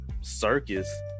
circus